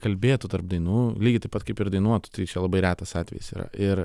kalbėtų tarp dainų lygiai taip pat kaip ir dainuotų tai čia labai retas atvejis yra ir